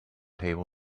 table